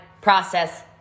process